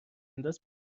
انداز